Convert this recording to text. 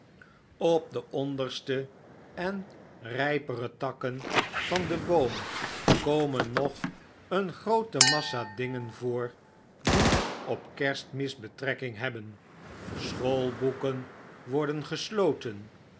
op de onderste en rypere takken van den boom komen nog een groote massa dingen voor die op kerstmis betrekking hebben schoolboeken worden gesloten